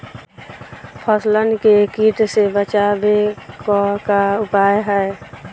फसलन के कीट से बचावे क का उपाय है?